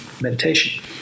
meditation